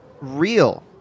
real